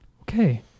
Okay